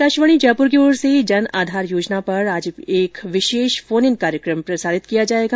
आकाशवाणी जयपुर की ओर से जन आधार योजना पर आज एक विशेष फोन इन कार्यक्रम प्रसारित किया जाएगा